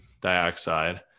dioxide